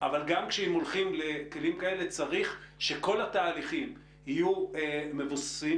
אבל גם אם הולכים לכלים כאלה צריך שכל התהליכים יהיו מבוססים,